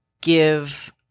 give